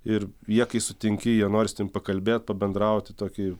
ir jie kai sutinki jie nori su tavim pakalbėt pabendrauti tokį